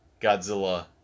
Godzilla